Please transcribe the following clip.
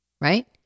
right